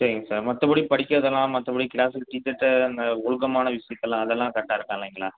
சரிங்க சார் மற்றபடி படிக்கிறதெல்லாம் மற்றபடி கிளாஸ் டீச்சர்கிட்ட அந்த ஒழுக்கமான விஷயத்தில் அதெல்லாம் கரெக்டாக இருக்கான்லிங்களா